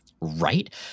Right